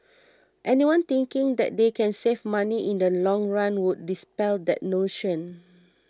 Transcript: anyone thinking that they can save money in the long run would dispel that notion